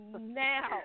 now